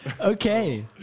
Okay